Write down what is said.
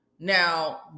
Now